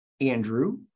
Andrew